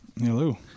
Hello